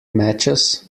matches